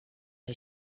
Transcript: que